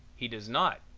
he does not.